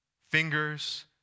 fingers